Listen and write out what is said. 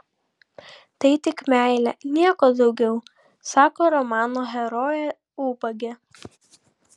tai tik meilė nieko daugiau sako romano herojė ubagė